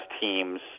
teams